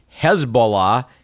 Hezbollah